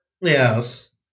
Yes